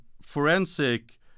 forensic